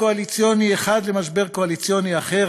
ממשבר קואליציוני אחד למשבר קואליציוני אחר,